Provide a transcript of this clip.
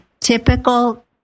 typical